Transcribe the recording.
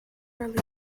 release